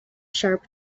sharp